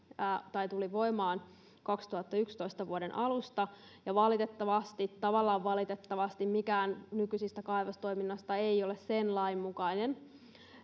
tai tuli voimaan kaksituhattayksitoista vuoden alusta ja valitettavasti tavallaan valitettavasti mikään nykyisestä kaivostoiminnasta ei ole sen lain mukainen